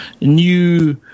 new